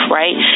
right